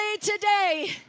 today